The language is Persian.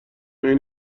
عین